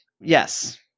Yes